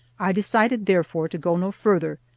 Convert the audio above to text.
i decided therefore to go no farther,